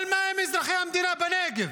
אבל מה עם אזרחי המדינה בנגב?